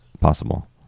possible